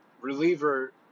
reliever